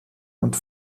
und